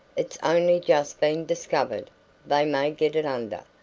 it's only just been discovered they may get it under.